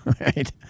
Right